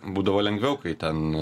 būdavo lengviau kai ten